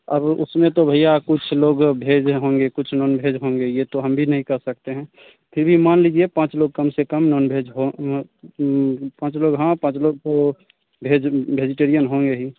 अब उसमें तो भैया कुछ लोग भेजे होंगे कुछ उन्होंने भेज होंगे यह तो हम भी नहीं कह सकते हैं फिर भी मान लीजिए पाँच लोग कम से कम नोनभेज हो म पाँच लोग हाँ पाँच लोग तो भेज भेजिटेरियन होंगे ही